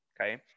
okay